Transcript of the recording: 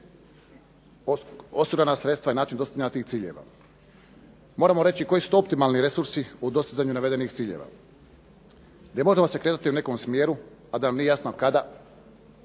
osigurana sredstva i način ostvarenja tih ciljeva. Moramo reći koji su to optimalni resursi u dostizanju navedenih ciljeva, gdje možemo se krenuti u nekom smjeru a da vam nije jasno kada